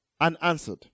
unanswered